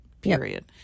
period